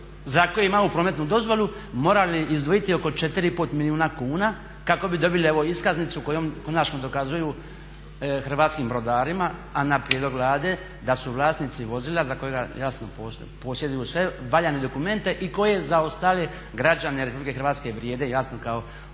za koju ima prometnu dozvolu morali izdvojiti oko 4 i pol milijuna kuna kako bi evo dobili iskaznicu kojom konačno dokazuju hrvatskim brodarima, a na prijedlog Vlade, da su vlasnici vozila za kojega jasno posjeduju sve valjane dokumente i koje za ostale građane RH vrijede jasno kao